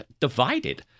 divided